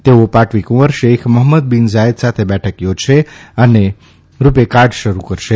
તેઓ પાટવીકુંવર Sheikh Mohammed bin Zayed સાથે બેઠક યોજશે અને રૂપે કાર્ડ શરૂ કરશે